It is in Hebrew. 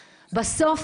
בסוף,